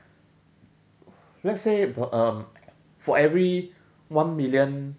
let's say the um for every one million